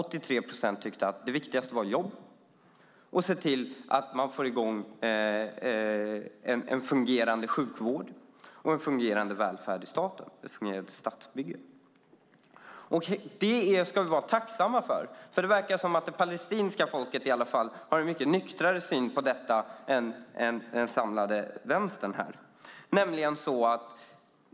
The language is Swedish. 83 procent tyckte att det var det viktigaste tillsammans med att få i gång en fungerande sjukvård och en fungerande välfärd i staten - ett fungerande statsbygge. Det ska vi vara tacksamma för. Det verkar som att i alla fall det palestinska folket har en mycket nyktrare syn på detta än den samlade vänstern här.